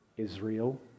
Israel